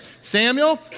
Samuel